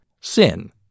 sin